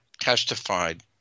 testified